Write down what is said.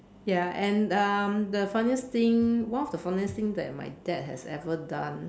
ya and um the funniest thing one of the funniest thing that my dad has ever done